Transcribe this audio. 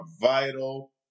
vital